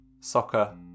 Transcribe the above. Soccer